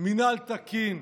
מינהל תקין,